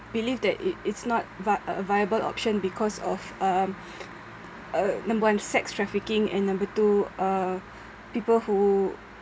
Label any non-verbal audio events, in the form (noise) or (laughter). believe that it it's not via~ a viable option because of um (breath) uh number one sex trafficking and number two uh people who